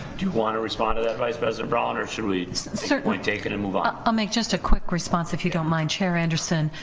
do you want to respond to that vice president brown, or should we take it and move on? i'll make just a quick response if you don't mind, chair anderson,